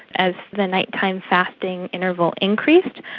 as the night-time fasting interval increased,